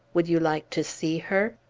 would you like to see her?